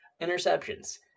interceptions